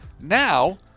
Now